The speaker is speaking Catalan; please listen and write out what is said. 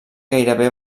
gairebé